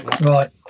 Right